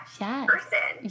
person